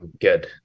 Good